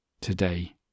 today